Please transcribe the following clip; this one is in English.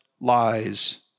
lies